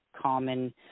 common